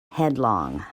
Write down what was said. headlong